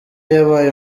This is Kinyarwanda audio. yabaye